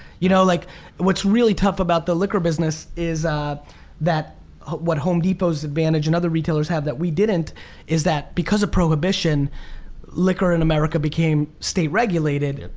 you know like what's really tough about the liquor business is that what home depot's advantage and other retailers have that we didn't is that because of prohibition liquor in america became state regulated,